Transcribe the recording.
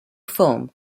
film